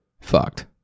Fucked